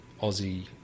aussie